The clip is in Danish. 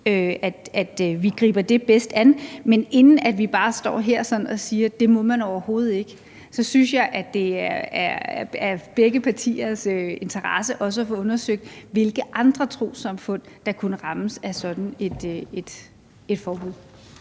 vi griber det bedst an. Men inden vi bare står her sådan og siger, at det må man overhovedet ikke, så synes jeg, at det er i begge partiers interesse også at få undersøgt, hvilke andre trossamfund der kunne rammes af sådan et forbud.